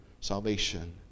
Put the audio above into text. salvation